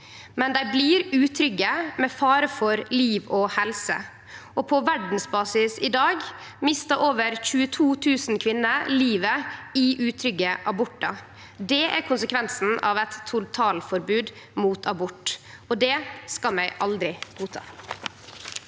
men dei blir utrygge, med fare for liv og helse. På verdsbasis i dag mister over 22 000 kvinner livet i utrygge abortar. Det er konsekvensen av eit totalforbod mot abort, og det skal vi aldri godta.